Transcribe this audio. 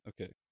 Okay